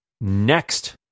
next